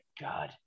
God